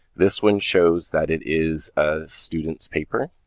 this one shows that it is a student's paper.